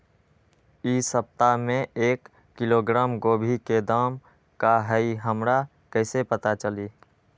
इ सप्ताह में एक किलोग्राम गोभी के दाम का हई हमरा कईसे पता चली?